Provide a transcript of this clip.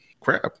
crap